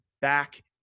back